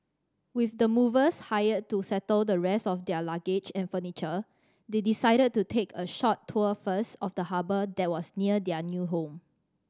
with the movers hired to settle the rest of their luggage and furniture they decided to take a short tour first of the harbour that was near their new home